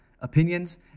opinions